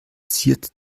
ziert